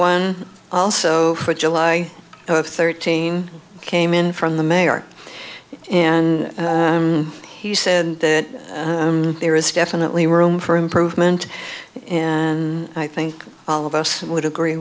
one also for july of thirteen came in from the mayor and he said that there is definitely room for improvement and i think all of us would agree